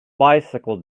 bicycle